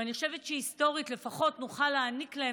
ואני חושבת שהיסטורית לפחות נוכל לתת להם